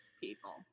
people